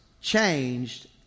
changed